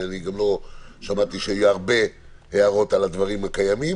לא שמעתי שיהיו הרבה הערות על הדברים הקיימים,